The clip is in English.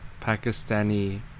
Pakistani